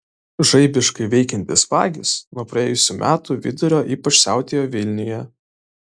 žaibiškai veikiantys vagys nuo praėjusių metų vidurio ypač siautėjo vilniuje